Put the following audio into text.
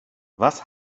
was